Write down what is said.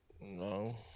No